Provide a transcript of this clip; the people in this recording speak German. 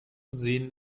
sehen